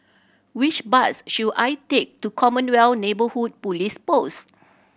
which bus should I take to Commonwealth Neighbourhood Police Post